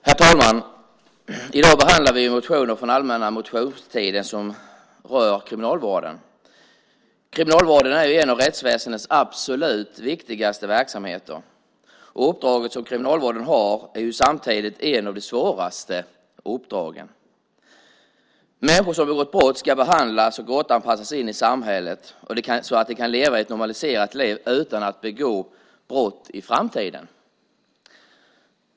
Herr talman! I dag behandlar vi motioner från allmänna motionstiden som rör kriminalvården. Kriminalvården är en av rättsväsendets absolut viktigaste verksamheter. Det uppdrag som kriminalvården har är samtidigt ett av de svåraste uppdragen. Människor som begått brott ska behandlas och återanpassas in i samhället så att de kan leva ett normaliserat liv utan att begå brott i framtiden.